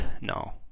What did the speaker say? No